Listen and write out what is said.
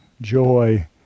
joy